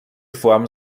form